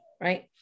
Right